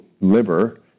liver